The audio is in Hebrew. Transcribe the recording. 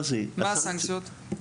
מה הסנקציות?